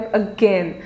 again